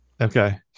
Okay